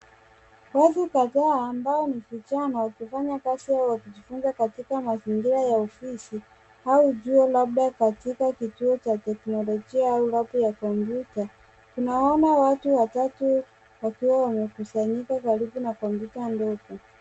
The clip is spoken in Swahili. Watu kadhaa ambao ni vijana wakifanya kazi au wakijifunza katika mazingira ya ofisi au chuo labda katika kituo cha teknolojia au labu ya kompyuta, tunaona watu watatu wakiwa wamekusanyika karibu na kompyuta ndogo.